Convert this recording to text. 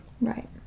right